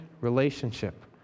relationship